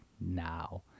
now